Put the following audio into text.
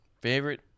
Favorite